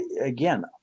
again